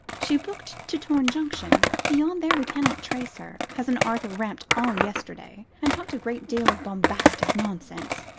she booked to torne junction beyond there we cannot trace her. cousin arthur ramped all yesterday, and talked a great deal of bombastic nonsense.